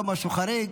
לא משהו חריג,